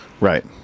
Right